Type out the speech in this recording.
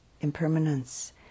impermanence